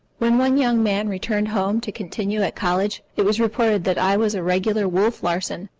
when one young man returned home to continue at college, it was reported that i was a regular wolf larsen,